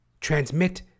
transmit